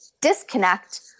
disconnect